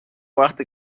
brachte